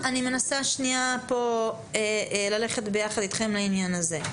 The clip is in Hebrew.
אני מנסה ללכת יחד אתכם בעניין הזה.